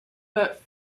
but